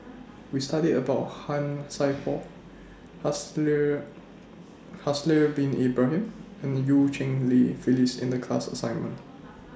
We studied about Han Sai Por Haslir Haslir Bin Ibrahim and EU Cheng Li Phyllis in The class assignment